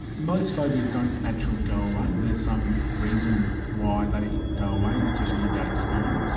most phobias don't naturally go away. there's some reason why they go away and it's usually about experience